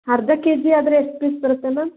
ಅರ್ಧ ಕೆಜಿ ಆದರೆ ಎಷ್ಟು ಪೀಸ್ ಬರುತ್ತೆ ಮ್ಯಾಮ್